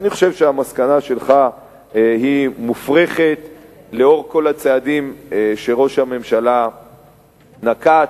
אני חושב שהמסקנה שלך מופרכת לאור כל הצעדים שראש הממשלה נקט,